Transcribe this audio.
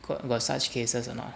got such cases or not